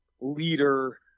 leader